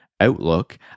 Outlook